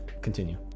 Continue